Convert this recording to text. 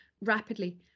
rapidly